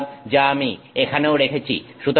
সুতরাং যা আমি এখানেও রেখেছি